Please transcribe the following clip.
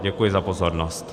Děkuji za pozornost.